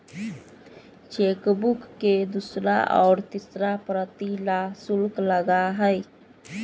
chequebook के दूसरा और तीसरा प्रति ला शुल्क लगा हई